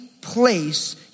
place